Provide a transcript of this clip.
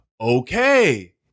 Okay